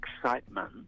excitement